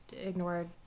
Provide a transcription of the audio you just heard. ignored